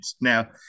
Now